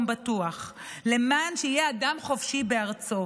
בטוח ולמען שיהיה אדם חופשי בארצו.